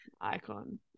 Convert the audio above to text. Icon